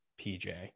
PJ